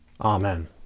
amen